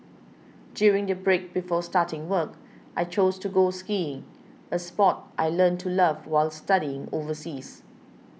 during the break before starting work I chose to go skiing a sport I learnt to love while studying overseas